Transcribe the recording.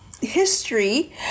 history